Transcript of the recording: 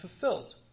fulfilled